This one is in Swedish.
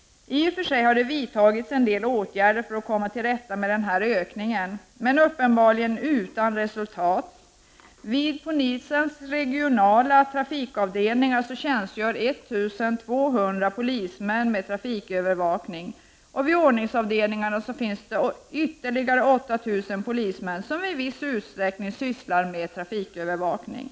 I och för sig har det vidtagits en del åtgärder för att komma till rätta med denna ökning. Men uppenbarligen utan resultat. Vid polisens regionala trafikavdelningar tjänstgör 1200 polismän med trafikövervakning. Vid ordningsavdelningarna finns ytterligare 8000 polismän, som i viss utsträckning sysslar med trafikövervakning.